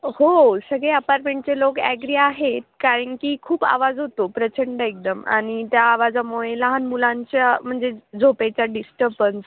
हो सगळे अपार्टमेंटचे लोक ॲग्री आहेत कारण की खूप आवाज होतो प्रचंड एकदम आणि त्या आवाजामुळे लहान मुलांच्या म्हणजे झोपेचा डिस्टर्बन्स